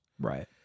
Right